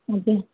ଆଜ୍ଞା